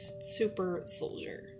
super-soldier